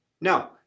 No